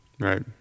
right